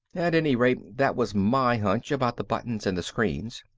at any rate that was my hunch about the buttons and the screens.